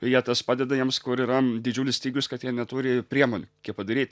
ir jie tas padeda jiems kur yra didžiulis stygius kad jie neturi priemonių padaryt